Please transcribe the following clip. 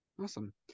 Awesome